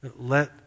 Let